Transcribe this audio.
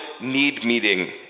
need-meeting